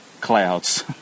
clouds